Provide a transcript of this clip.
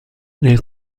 nel